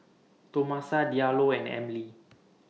Tomasa Diallo and Emily